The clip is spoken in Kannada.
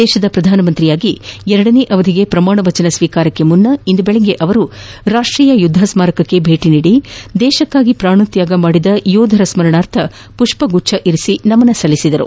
ದೇಶದ ಪ್ರಧಾನಮಂತ್ರಿಯಾಗಿ ಎರಡನೇ ಅವಧಿಗೆ ಪ್ರಮಾಣವಚನ ಸ್ವೀಕಾರಕ್ಕೆ ಮುನ್ನ ಇಂದು ಬೆಳಗ್ಗೆ ಅವರು ರಾಷ್ಟೀಯ ಯುಧ್ಧ ಸ್ಮಾರಕಕ್ಕೆ ಭೇಟಿ ನೀಡಿ ದೇಶಕ್ಕಾಗಿ ಪಾಣತ್ಕಾಗ ಮಾಡಿದ ಯೋಧರ ಸ್ಮರಣಾರ್ಥ ಮಷ್ಪಗುಚ್ಛ ಇರಿಸಿ ನಮನ ಸಲ್ಲಿಸಿದರು